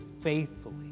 faithfully